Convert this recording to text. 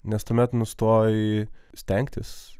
nes tuomet nustoji stengtis